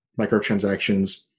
microtransactions